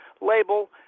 label